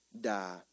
die